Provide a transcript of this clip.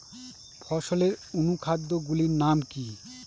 ফসলের অনুখাদ্য গুলির নাম কি?